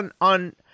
on